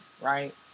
right